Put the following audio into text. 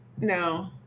no